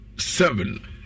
Seven